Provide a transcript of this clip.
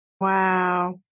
Wow